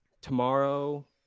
tomorrow